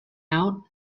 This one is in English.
out